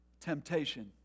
temptation